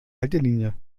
haltelinie